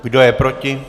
Kdo je proti?